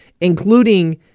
including